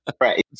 Right